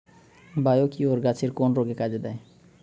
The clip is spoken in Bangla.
বায়োকিওর গাছের কোন রোগে কাজেদেয়?